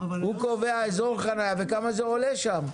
הוא קובע אזור חניה וכמה זה עולה שם.